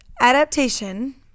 adaptation